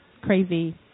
crazy